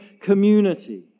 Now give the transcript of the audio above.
community